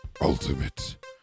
ultimate